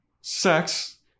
sex